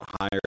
higher